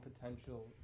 potential